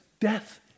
death